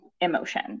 emotion